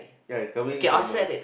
ya is coming from a